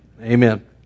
Amen